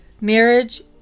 Marriage